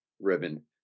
ribbon